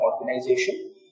organization